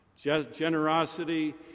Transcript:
generosity